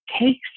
takes